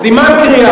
סימן קריאה.